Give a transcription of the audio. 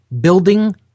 building